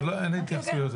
אין התייחסויות.